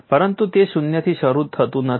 પરંતુ તે શૂન્યથી શરૂ થતું નથી